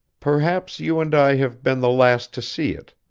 perhaps you and i have been the last to see it,